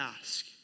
ask